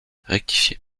rectifié